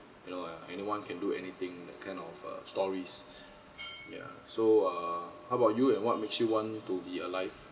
you know uh anyone can do anything that kind of uh stories yeah so err how about you and what makes you want to be alive